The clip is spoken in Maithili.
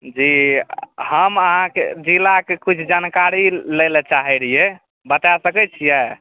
जी हम अहाँके जिलाके किछु जानकारी लै लऽ चाहै रहियै बता सकैत छियै